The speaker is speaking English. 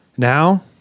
Now